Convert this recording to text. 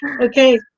Okay